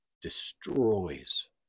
destroys